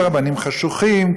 ורבנים חשוכים,